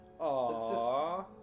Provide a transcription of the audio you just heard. Aww